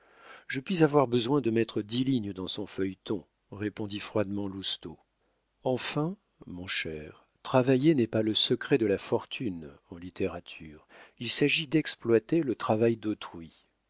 je puis avoir besoin de mettre dix lignes dans son feuilleton répondit froidement lousteau enfin mon cher travailler n'est pas le secret de la fortune en littérature il s'agit d'exploiter le travail d'autrui